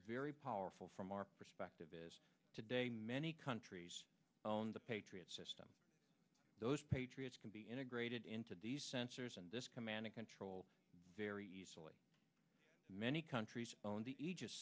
very powerful from our perspective is today many countries own the patriot system those patriots can be integrated into these sensors and this command and control very easily many countries own the aegis